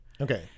Okay